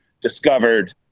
discovered